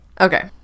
Okay